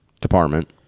department